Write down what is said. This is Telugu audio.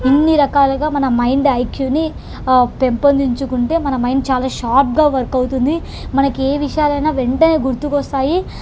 ఇన్ని రకాలుగా మన మైండ్ ఐక్యూని పెంపొందించుకుంటే మన మైండ్ చాలా షార్ప్గా వర్క్ అవుతుంది మనకి ఏ విషయాలైనా వెంటనే గుర్తుకొస్తాయి